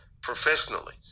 professionally